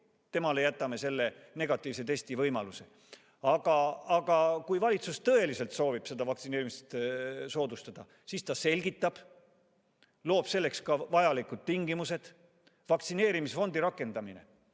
nendele jätame negatiivse testi võimaluse. Aga kui valitsus tõeliselt soovib vaktsineerimist soodustada, siis ta selgitab, loob selleks vajalikud tingimused. Vaktsineerimiskahjustuste fondi rakendamine,